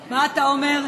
אומר?